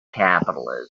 capitalism